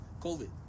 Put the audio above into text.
COVID